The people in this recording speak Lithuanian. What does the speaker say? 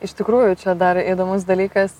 iš tikrųjų čia dar įdomus dalykas